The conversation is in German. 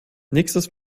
nächstes